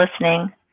listening